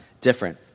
different